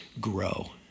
grow